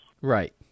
Right